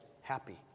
happy